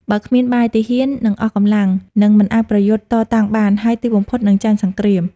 បើគ្មានបាយ ទាហាននឹងអស់កម្លាំង និងមិនអាចប្រយុទ្ធតតាំងបាន ហើយទីបំផុតនឹងចាញ់សង្គ្រាម។